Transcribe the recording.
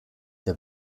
der